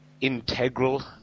integral